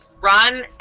Run